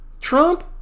Trump